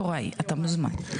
יוראי, אתה מוזמן להמשיך.